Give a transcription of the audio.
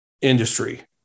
industry